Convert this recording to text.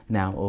now